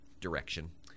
direction